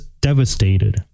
devastated